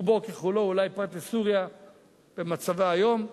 רובו ככולו, אולי פרט לסוריה במצבה היום.